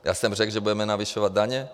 Já jsem řekl, že budeme navyšovat daně?